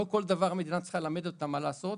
לא כל דבר המדינה צריכה ללמד אותם מה לעשות.